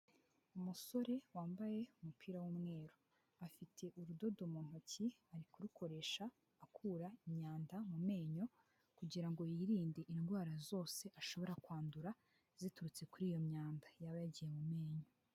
Umusore wambaye umupira w'umweru afite urudodo mu ntoki ari kurukoresha akura imyanda mu menyo kugira ngo yirinde indwara zose ashobora kwandura ziturutse kuri iyo myanda yaba yagiye mu menyo.